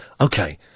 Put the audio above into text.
okay